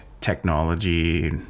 technology